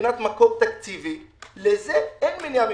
מבחינת מקור תקציבי לזה אין מניעה,